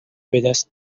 بدست